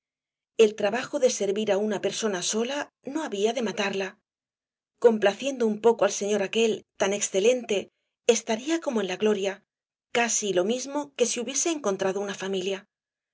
el trabajo de servir á una persona sola no había de matarla complaciendo un poco al señor aquel tan excelente estaría como en la gloria casi lo mismo que si hubiese encontrado una familia